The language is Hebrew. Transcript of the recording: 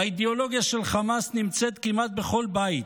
האידיאולוגיה של חמאס נמצאת כמעט בכל בית,